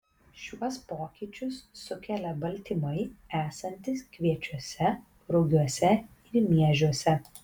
šiuos pokyčius sukelia baltymai esantys kviečiuose rugiuose ir miežiuose